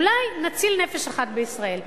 אולי נציל נפש אחת בישראל,